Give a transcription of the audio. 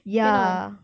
ya